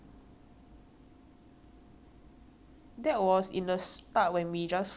that was in the start when we just first came only lah now they don't already now they know lah